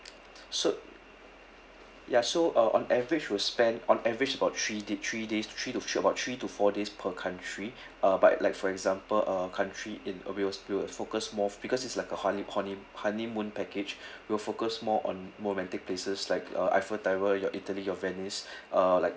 so ya so uh on average we'll spend on average about three da~ three days three to about three to four days per country uh but like for example uh country in uh we'll we'll focus more because it's like a hone~ honey honeymoon package we'll focus more on romantic places like uh eiffel tower your italy your venice uh like